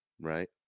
right